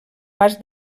pas